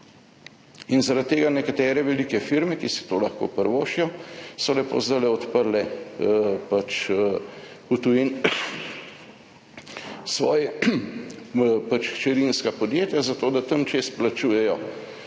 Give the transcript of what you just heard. In zaradi tega nekatere velike firme, ki si to lahko privoščijo, so lepo zdaj odprle pač v tujini svoja hčerinska podjetja, zato da tam čez plačujejo